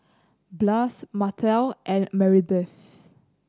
Blas Martell and Maribeth